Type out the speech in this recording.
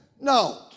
No